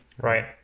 right